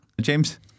James